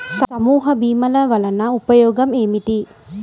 సమూహ భీమాల వలన ఉపయోగం ఏమిటీ?